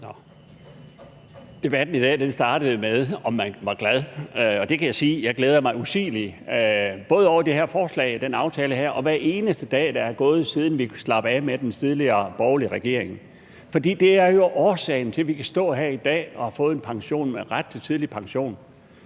Debatten i dag startede jo med at handle om, om man var glad, og der kan jeg sige: Jeg glæder mig usigeligt både over det her forslag og den her aftale og hver eneste dag, der er gået, siden vi slap af med den tidligere borgerlige regering. For det er jo årsagen til, at vi kan stå her i dag og har fået en ret til tidlig pension.